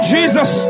Jesus